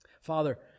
Father